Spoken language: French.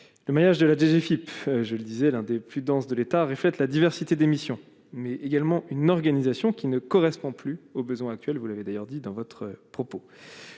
Le maillage de la DGFIP, je le disais, l'un des plus denses de l'État reflète la diversité des missions, mais également une organisation qui ne correspond plus aux besoins actuels, vous l'avez d'ailleurs dit dans votre propos,